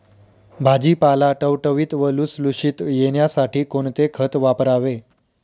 भाजीपाला टवटवीत व लुसलुशीत येण्यासाठी कोणते खत वापरावे?